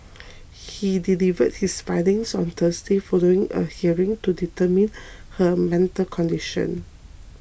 he delivered his findings on Thursday following a hearing to determine her mental condition